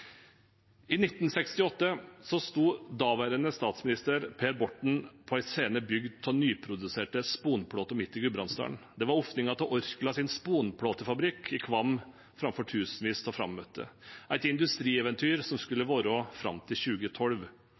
I 1968 sto daværende statsminister Per Borten på en scene bygd av nyproduserte sponplater midt i Gudbrandsdalen. Det var åpningen av Orklas sponplatefabrikk i Kvam foran tusenvis av frammøtte – et industrieventyr som skulle vare fram til 2012.